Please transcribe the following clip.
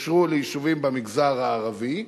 אושרו ליישובים במגזר הערבי,